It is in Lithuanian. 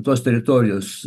tos teritorijos